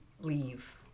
leave